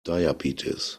diabetes